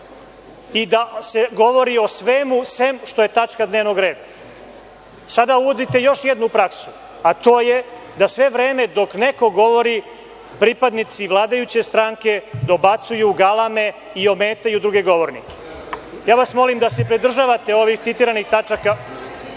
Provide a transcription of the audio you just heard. i da se govori o svemu sem što je tačka dnevnog reda. Sada uvodite još jednu praksu a to je da sve vreme dok neko govori, pripadnici vladajuće stranke dobacuju, galame i ometaju druge govornike. Ja vas molim da se pridržavate ovih citiranih